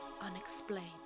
unexplained